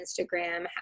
Instagram